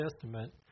testament